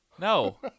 No